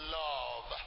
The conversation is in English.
love